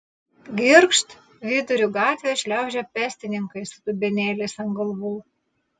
girgžt viduriu gatvės šliaužia pėstininkai su dubenėliais ant galvų